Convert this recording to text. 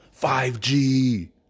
5G